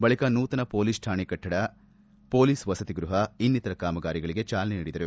ಬಳಿಕ ನೂತನ ಮೊಲೀಸ್ ಠಾಣೆ ಕಟ್ಟಡ ಮೊಲೀಸ್ ವಸತಿ ಗೃಪ ಇನ್ನಿತರ ಕಾಮಗಾರಿಗಳಿಗೆ ಚಾಲನೆ ನೀಡಿದರು